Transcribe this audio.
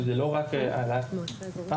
זה לא רק העלאת שכר,